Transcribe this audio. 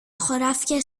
χωράφια